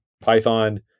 Python